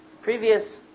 previous